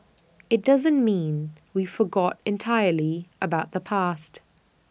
IT doesn't mean we forgot entirely about the past